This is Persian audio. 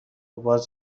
باز